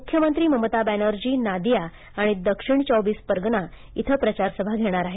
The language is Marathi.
मुख्यमंत्री ममता बॅनर्जी नादिया आणि दक्षिण चौबिस परगणा इथं प्रचारसभा घेणार आहेत